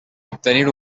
obtenir